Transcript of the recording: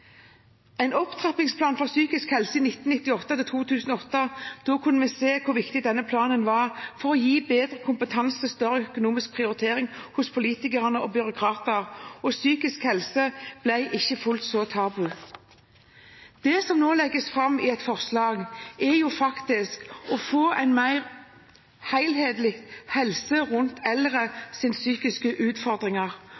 for psykisk helse 1998–2008 var viktig for å gi bedre kompetanse og større økonomisk prioritering hos politikere og byråkrater, og psykisk helse ble ikke fullt så tabu. Det som nå legges fram i et forslag, er å få en mer helhetlig helse rundt